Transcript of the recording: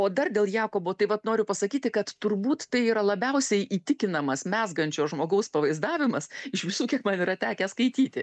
o dar dėl jakobo tai vat noriu pasakyti kad turbūt tai yra labiausiai įtikinamas mezgančio žmogaus pavaizdavimas iš visų kiek man yra tekę skaityti